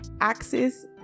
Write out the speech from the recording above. Axis